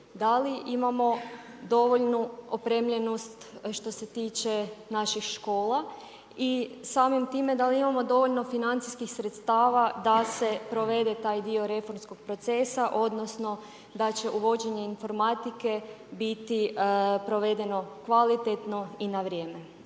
Da li imamo dovoljnu opremljenost što se tiče naših škola? I samim time, da li imao dovoljno financijskih sredstava da se provede taj dio reformskog procesa odnosno da će uvođenje informatike biti provedeno kvalitetno i na vrijeme?